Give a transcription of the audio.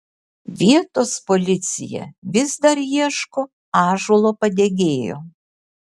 vietos policija vis dar ieško ąžuolo padegėjo